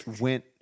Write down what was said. went